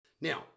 Now